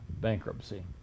Bankruptcy